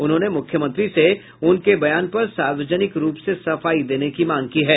उन्होंने मूख्यमंत्री से उनके बयान पर सार्वजनिक रूप से सफाई देने की मांग की है